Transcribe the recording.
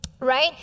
right